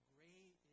Great